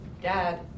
Dad